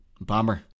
Bomber